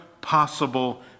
possible